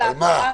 על ההתראה.